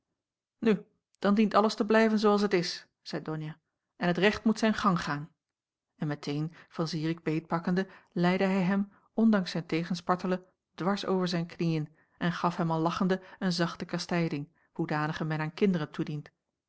nu dan dient alles te blijven zoo als het is zeî donia en het recht moet zijn gang gaan en meteen van zirik beetpakkende leide hij hem ondanks zijn tegenspartelen dwars over zijn knieën en gaf hem al lachende een zachte kastijding hoedanige men aan kinderen toedient